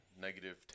negative